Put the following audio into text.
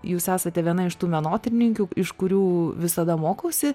jūs esate viena iš tų menotyrininkių iš kurių visada mokausi